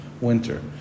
winter